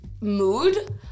mood